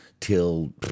till